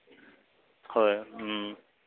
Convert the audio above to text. হয়